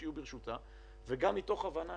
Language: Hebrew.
שיהיו ברשותה וגם מתוך הבנה